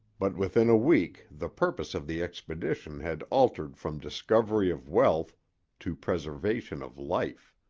but within a week the purpose of the expedition had altered from discovery of wealth to preservation of life.